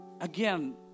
Again